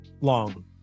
long